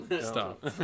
stop